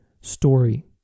story